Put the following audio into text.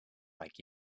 like